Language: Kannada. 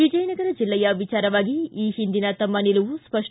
ವಿಜಯನಗರ ಜಿಲ್ಲೆಯ ವಿಚಾರವಾಗಿ ಈ ಹಿಂದಿನ ತಮ್ಮ ನಿಲುವು ಸ್ಪಷ್ಟ